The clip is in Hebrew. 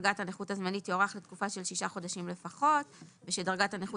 דרגת הנכות הזמנית תוארך לתקופה של שישה חודשים לפחות ושדרגת הנכות